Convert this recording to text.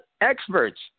experts